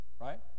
right